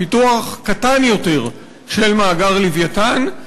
פיתוח קטן יותר של מאגר "לווייתן",